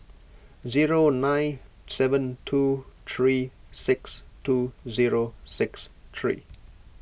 zero nine seven two three six two zero six three